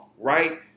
right